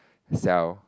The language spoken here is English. sell